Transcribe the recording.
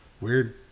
weird